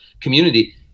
community